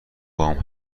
باهام